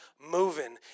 moving